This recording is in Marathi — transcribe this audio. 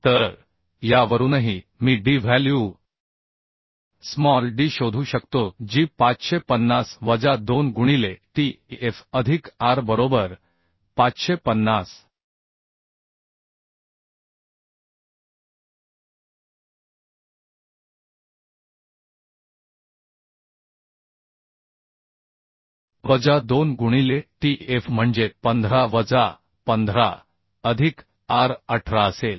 तर यावरूनही मी d व्हॅल्यू स्मॉल d शोधू शकतो जी 550 वजा 2 गुणिले t f अधिक r बरोबर 550 वजा 2 गुणिले t f म्हणजे 15 वजा 15 अधिक r 18 असेल